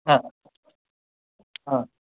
हा हा